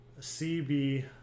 cb